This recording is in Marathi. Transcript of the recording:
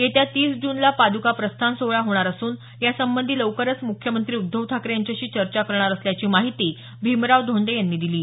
येत्या तीस जूनला पाद्का प्रस्थान सोहळा होणार असून या संबंधी लवकरच मुख्यमंत्री उद्धव ठाकरे यांच्याशी चर्चा करणार असल्याची माहिती भीमराव धोंडे यांनी दिली आहे